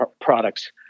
products